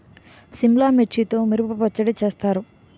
సిమ్లా మిర్చితో మిరప పచ్చడి చేస్తారు